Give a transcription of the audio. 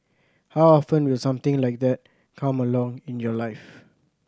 how often will something like that come along in your life